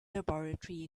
laboratory